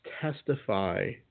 testify